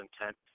intent